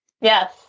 Yes